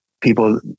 people